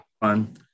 fun